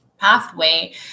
Pathway